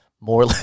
more